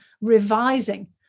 revising